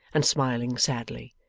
and smiling sadly,